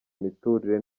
imiturire